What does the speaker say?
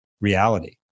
reality